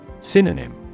Synonym